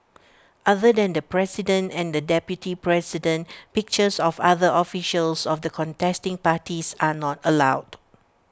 other than the president and the deputy president pictures of other officials of the contesting parties are not allowed